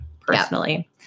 personally